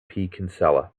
kinsella